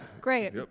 great